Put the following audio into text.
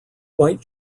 white